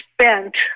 spent